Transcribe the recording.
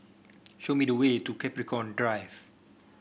show me the way to Capricorn Drive